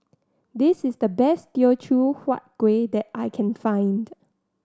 this is the best Teochew Huat Kuih that I can find